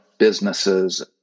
businesses